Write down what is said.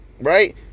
right